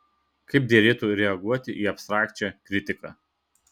kaip derėtų reaguoti į abstrakčią kritiką